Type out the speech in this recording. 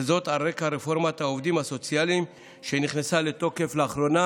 וזאת על רקע רפורמת העובדים הסוציאליים שנכנסה לתוקף לאחרונה.